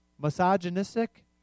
Misogynistic